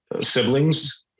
siblings